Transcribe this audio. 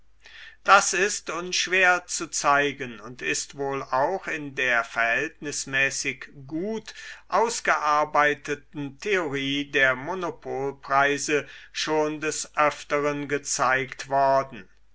das ist unschwer zu zeigen und ist wohl auch in der verhältnismäßig gut ausgearbeiteten theorie der monopolpreise schon des öfteren gezeigt worden